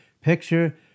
Picture